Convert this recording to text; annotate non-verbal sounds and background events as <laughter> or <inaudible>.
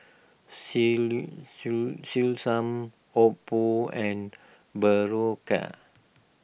<unintelligible> Selsun Oppo and Berocca